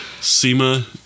SEMA